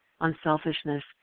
unselfishness